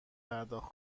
پرداخت